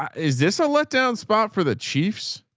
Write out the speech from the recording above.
is this a letdown spot for the chiefs?